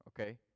Okay